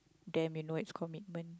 damn you know it's commitment